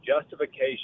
justification